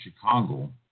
Chicago